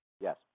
Yes